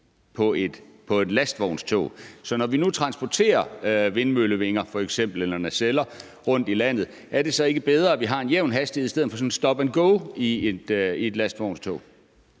på et lastvognstog. Så når man nu transporterer f.eks. vindmøllevinger eller naceller rundt i landet, er det så ikke bedre, at vi har en jævn hastighed i stedet for sådan noget stop and go for et lastvognstog?